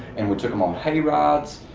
and we took em on hay rides,